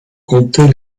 compter